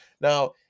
Now